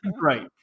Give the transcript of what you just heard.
Right